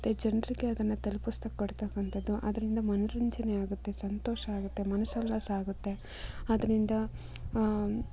ಮತ್ತು ಜನರಿಗೆ ಅದನ್ನು ತಲುಪಿಸಿ ಕೊಡ್ತಕ್ಕಂಥದ್ದು ಅದರಿಂದ ಮನೋರಂಜನೆ ಆಗುತ್ತೆ ಸಂತೋಷ ಆಗುತ್ತೆ ಮನಸೋಲ್ಲಾಸ ಆಗುತ್ತೆ ಅದರಿಂದ